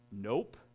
Nope